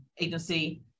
agency